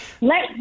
Let